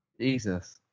Jesus